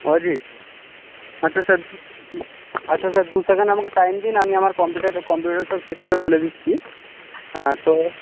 অজিত আচ্ছা স্যার আচ্ছা স্যার দু সেকেন্ড আমাকে টাইম দিন আমি আমার কম্পিউটারে কম্পিউটারে সব চেক করে বলে দিচ্ছি তো